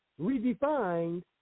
redefined